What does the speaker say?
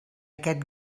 aquest